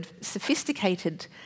sophisticated